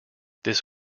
this